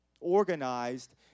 organized